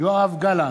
יואב גלנט,